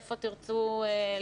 איפה תרצו להתחיל,